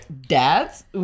dads